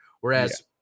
Whereas